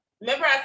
Remember